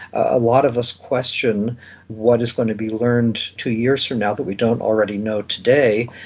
a lot of us question what is going to be learned two years from now that we don't already know today,